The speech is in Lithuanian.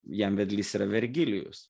jam vedlys yra vergilijus